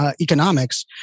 economics